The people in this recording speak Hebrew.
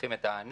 מפתחים את הענף,